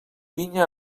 vinya